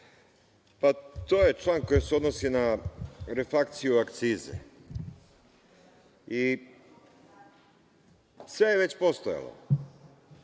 To je član koji se odnosi na reflakciju akcize i sve je već postojalo.